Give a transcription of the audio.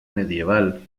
medieval